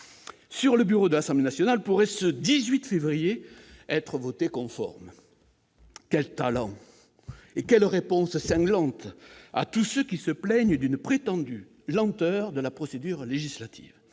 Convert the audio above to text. -sur le bureau de l'Assemblée nationale pourrait, aujourd'hui, 16 février, être votée conforme ! Quel talent, et quel démenti cinglant à tous ceux qui se plaignent d'une prétendue lenteur de la procédure législative